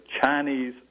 Chinese